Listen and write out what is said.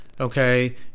Okay